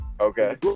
Okay